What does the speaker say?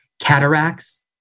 cataracts